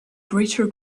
greater